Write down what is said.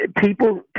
People